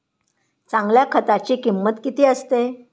चांगल्या खताची किंमत किती असते?